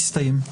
הישיבה